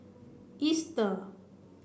Easter